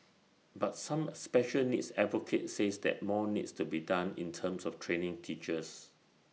but some special needs advocates says that more needs to be done in terms of training teachers